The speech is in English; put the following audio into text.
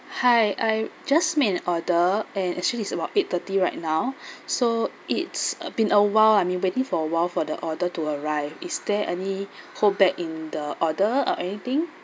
hi I just made an order and actually it's about eight thirty right now so it's uh been a while I mean waiting for a while for the order to arrive is there any holdback in the order or anything